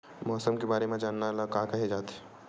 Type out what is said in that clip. मौसम के बारे म जानना ल का कहे जाथे?